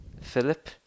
philip